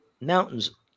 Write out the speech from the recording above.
mountains